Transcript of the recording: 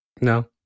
No